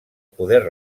poder